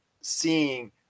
seeing